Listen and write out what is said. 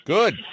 good